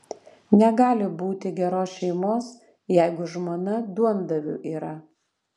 negali būti geros šeimos jeigu žmona duondaviu yra